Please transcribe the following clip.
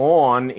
on